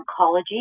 oncology